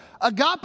Agape